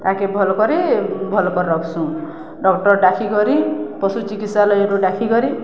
ତାଙ୍କେ ଭଲ୍ କରି ଭଲ୍ କରି ରଖ୍ସୁଁ ଡକ୍ଟର୍ ଡାକିିକରି ପଶୁ ଚିକିତ୍ସାଲୟଠୁ ଡାକିିକରି